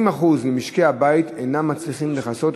לפיכך,